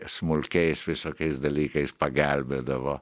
smulkiais visokiais dalykais pagelbėdavo